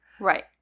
Right